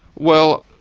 well,